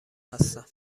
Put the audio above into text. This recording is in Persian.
هستند